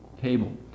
cable